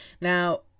now